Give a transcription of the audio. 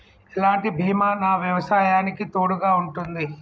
ఎలాంటి బీమా నా వ్యవసాయానికి తోడుగా ఉంటుంది?